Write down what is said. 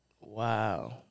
Wow